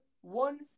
one